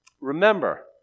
Remember